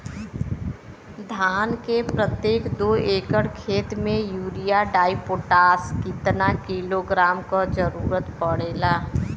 धान के प्रत्येक दो एकड़ खेत मे यूरिया डाईपोटाष कितना किलोग्राम क जरूरत पड़ेला?